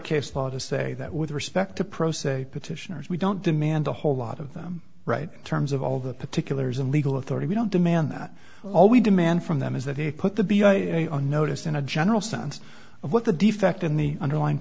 case law to say that with respect to process a petitioners we don't demand a whole lot of them right in terms of all the particulars of legal authority we don't demand that all we demand from them is that they put the b o j on notice in a general sense of what the defect in the underlying